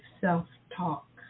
self-talk